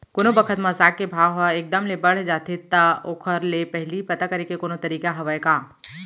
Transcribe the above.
कोनो बखत म साग के भाव ह एक दम ले बढ़ जाथे त ओखर ले पहिली पता करे के कोनो तरीका हवय का?